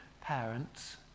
parents